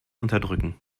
unterdrücken